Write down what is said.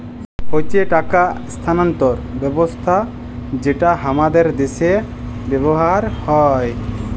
হচ্যে টাকা স্থানান্তর ব্যবস্থা যেটা হামাদের দ্যাশে ব্যবহার হ্যয়